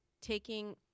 taking